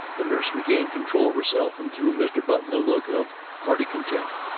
the nurse regained control of herself, and threw mr. button a look of hearty contempt.